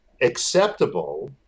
acceptable